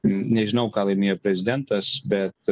nežinau ką laimėjo prezidentas bet